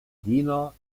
diener